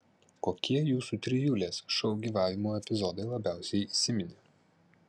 kokie jūsų trijulės šou gyvavimo epizodai labiausiai įsiminė